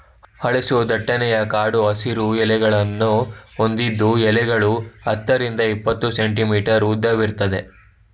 ಹಲಸು ದಟ್ಟನೆಯ ಕಡು ಹಸಿರು ಎಲೆಗಳನ್ನು ಹೊಂದಿದ್ದು ಎಲೆಗಳು ಹತ್ತರಿಂದ ಇಪ್ಪತ್ತು ಸೆಂಟಿಮೀಟರ್ ಉದ್ದವಿರ್ತದೆ